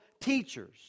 teachers